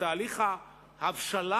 בתהליך ההבשלה,